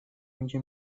میگه